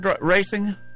racing